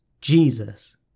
Jesus